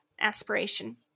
aspiration